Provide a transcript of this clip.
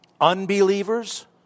Unbelievers